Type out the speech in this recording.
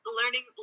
learning